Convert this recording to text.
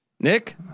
Nick